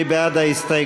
מי בעד ההסתייגות?